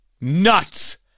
Nuts